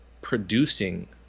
producing